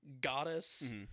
goddess